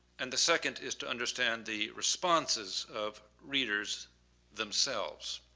and the second is to understand the responses of readers themselves.